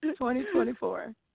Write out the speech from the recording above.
2024